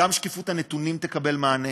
גם שקיפות הנתונים תקבל מענה.